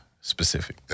specific